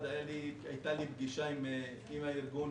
הייתה לי פגישה עם הארגון,